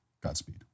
Godspeed